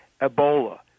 Ebola